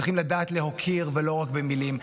צריכים לדעת להוקיר ולא רק במילים.